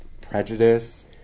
prejudice